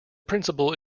principle